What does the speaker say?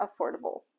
affordable